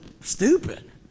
stupid